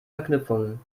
verknüpfungen